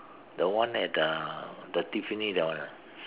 the one at uh the Tiffany that one ah